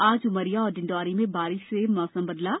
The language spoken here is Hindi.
आज उमरिया और डिंडोरी में बारिश से मौसम बदल गया